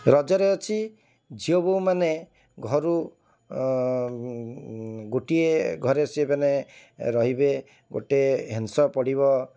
ରଜରେ ଅଛି ଝିଅ ବୋହୂମାନେ ଘରୁ ଗୋଟିଏ ଘରେ ସିଏ ମାନେ ରହିବେ ଗୋଟେ ହେଁସ ପଡ଼ିବ